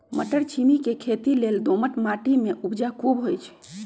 मट्टरछिमि के खेती लेल दोमट माटी में उपजा खुब होइ छइ